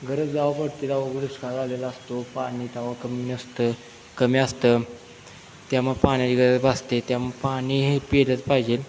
गरज जावं पडते गावात दुष्काळ आलेला असतो पाणी तेव्हा कमी नसतं कमी असतं त्यामुळे पाण्याची गरज भासते त्यामुळं पाणी हे पिलंच पाहिजे